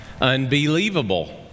Unbelievable